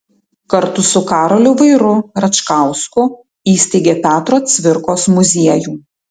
kartu su karoliu vairu račkausku įsteigė petro cvirkos muziejų